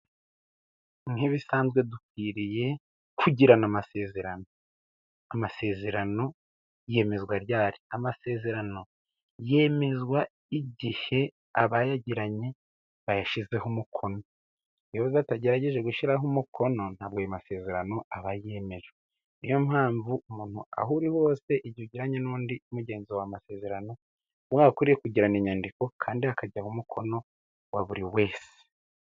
Nk'ibisanzwe dukwiriye kugirana amasezerano, amasezerano yemezwa ryari? amasezerano yemezwa igihe abayagiranye bayashyizeho umukono, iyo batagerageje gushyiraho umukono ntabwo ayo masezerano aba yemejwe, niyo mpamvu umuntu aho uriho hose igihe ugiranye n'undi mugenzi wawe amasezerano, wakwiriye kugirana inyandiko kandi hakajyaho umukono wa buri wese.